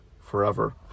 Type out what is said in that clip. forever